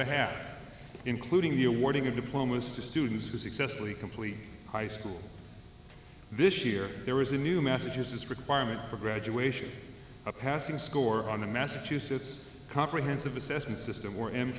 behalf including the awarding of diplomas to students who successfully complete high school this year there was a new massachusetts requirement for graduation a passing score on the massachusetts comprehensive assessment system